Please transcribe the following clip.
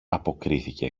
αποκρίθηκε